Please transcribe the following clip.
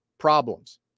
problems